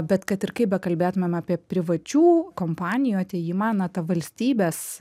bet kad ir kaip bekalbėtumėm apie privačių kompanijų atėjimą na ta valstybės